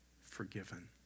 forgiven